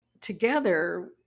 together